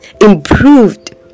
improved